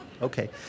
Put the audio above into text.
Okay